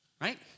right